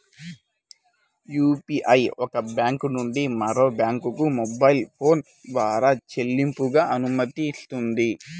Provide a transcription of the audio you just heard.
UPI ఒక bank నుంచి మరొక బ్యాంకుకు మొబైల్ ఫోన్ ద్వారా చెల్లింపులకు అనుమతినిస్తుంది